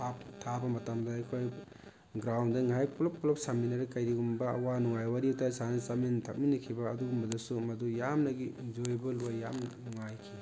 half ꯊꯥꯕ ꯃꯇꯝꯗ ꯑꯩꯈꯣꯏ ꯒ꯭ꯔꯥꯎꯟꯗ ꯉꯥꯏꯍꯥꯛ ꯄꯨꯜꯂꯞ ꯄꯨꯜꯂꯞ ꯁꯥꯟꯅꯃꯤꯟꯅꯔꯒ ꯀꯔꯤꯒꯨꯝꯕ ꯑꯋꯥ ꯅꯨꯡꯉꯥꯏ ꯋꯥꯔꯤ ꯋꯥꯇꯥꯏ ꯁꯥꯔꯒ ꯆꯥꯃꯤꯟ ꯊꯛꯃꯤꯟꯅꯈꯤꯕ ꯑꯗꯨꯒꯨꯝꯕꯗꯁꯨ ꯃꯗꯨ ꯌꯥꯝꯅꯒꯤ ꯏꯟꯖꯣꯏꯌꯦꯕꯜ ꯑꯣꯏ ꯌꯥꯝꯅ ꯅꯨꯡꯉꯥꯏꯈꯤ